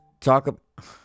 talk